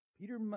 peter